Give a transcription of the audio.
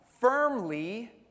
firmly